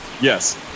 Yes